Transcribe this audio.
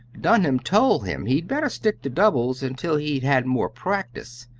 dunham told him he'd better stick to doubles until he'd had more practice,